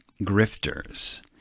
grifters